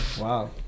Wow